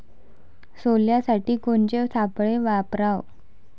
सोल्यासाठी कोनचे सापळे वापराव?